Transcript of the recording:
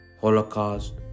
holocaust